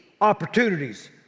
opportunities